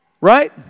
Right